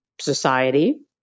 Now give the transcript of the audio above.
society